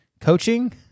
coaching